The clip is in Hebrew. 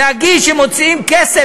להגיד שמוציאים כסף.